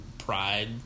pride